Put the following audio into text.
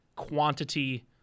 quantity